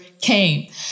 came